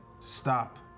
stop